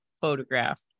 photographed